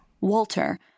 Walter